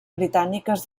britàniques